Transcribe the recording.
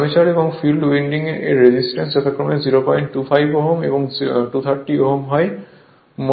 armature এবং field winding এর resistance যথাক্রমে 025 Ω এবং 230 Ω হয়